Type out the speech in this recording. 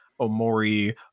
omori